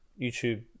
YouTube